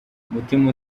umutima